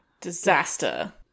Disaster